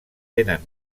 tenen